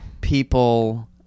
people